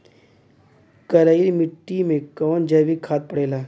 करइल मिट्टी में कवन जैविक खाद पड़ेला?